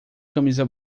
camisa